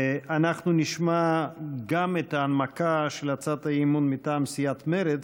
אנחנו נשמע גם את ההנמקה של הצעת האי-אמון מטעם סיעת מרצ,